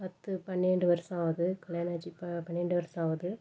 பத்து பன்னெண்டு வருஷம் ஆகுது கல்யாணம் ஆச்சு இப்போ பன்னெண்டு வருடம் ஆகுது